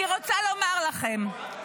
--- אני רוצה לומר לכם,